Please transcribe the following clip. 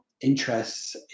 interests